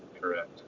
Correct